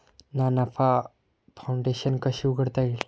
ना नफा फाउंडेशन कशी उघडता येईल?